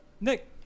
Nick